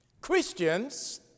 Christians